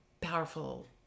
powerful